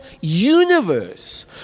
universe